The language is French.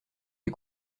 des